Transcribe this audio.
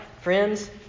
friends